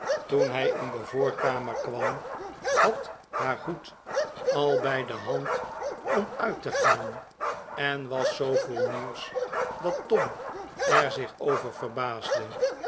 toen hij in de voorkamer kwam had haar hoed al bij de hand om uit te gaan en was zoo vol nieuws dat tom er zich over verbaasde